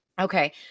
Okay